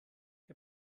der